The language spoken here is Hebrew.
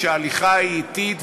כשההליכה היא אטית,